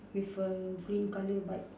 with a green colour bike